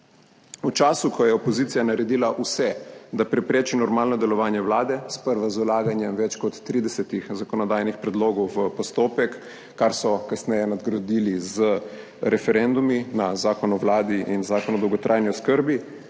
V času, ko je opozicija naredila vse, da prepreči normalno delovanje vlade, sprva z vlaganjem več kot 30 zakonodajnih predlogov v postopek, kar so kasneje nadgradili z referendumi na Zakon o vladi in Zakon o dolgotrajni oskrbi,